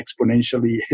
exponentially